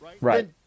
Right